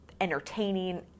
entertaining